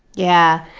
yeah.